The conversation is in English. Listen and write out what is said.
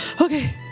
Okay